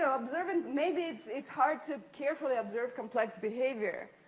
ah observing, maybe it's it's hard to carefully observe complex behavior.